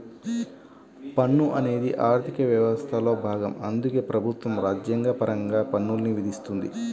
పన్ను అనేది ఆర్థిక వ్యవస్థలో భాగం అందుకే ప్రభుత్వం రాజ్యాంగపరంగా పన్నుల్ని విధిస్తుంది